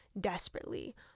desperately